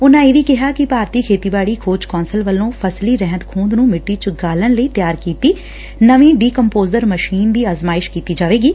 ਉਨਾਂ ਇਹ ਵੀ ਕਿਹਾ ਕਿ ਭਾਰਤੀ ਖੇਤੀਬਾਡੀ ਖੋਜ ਕੌਂਸਲ ਵੱਲੋਂ ਫਸਲੀ ਰਹਿੰਦ ਖੇਹਦ ਨੂੰ ਸਿੱਟੀ ਚ ਗਾਲਣ ਲਈ ਤਿਆਰ ਕੀਤੀ ਗਈ ਨਵੀ ਡੀ ਕੰਪੋਜ਼ਰ ਮਸ਼ੀਨ ਦੀ ਅਜ਼ਮਾਇਸ਼ ਕੀਤੀ ਜਾਵੇਗੀ